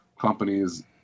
companies